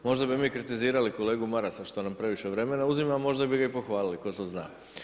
Možda bi mi kritizirali kolegu Marasa što nam previše vremena uzima, možda bi ga i pohvalili, tko to zna.